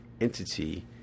entity